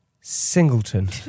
Singleton